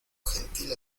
gentil